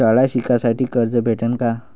शाळा शिकासाठी कर्ज भेटन का?